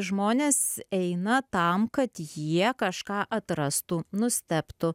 žmonės eina tam kad jie kažką atrastų nustebtų